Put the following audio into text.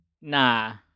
Nah